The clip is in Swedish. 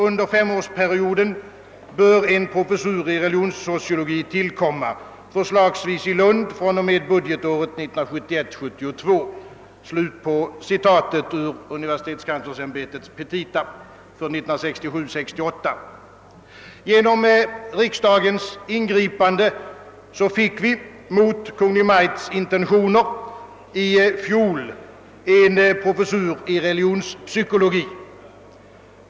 ——— Under femårsperioden bör också en professur i 'religionssociologi tillkomma, förslagsvis i Lund fr.o.m. budgetåret 1971/72.» Genom riksdagens ingripande fick vi, mot Kungl. Maj:ts intentioner, i fjol en professur i religionspsykologi.